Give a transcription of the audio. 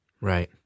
Right